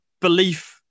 belief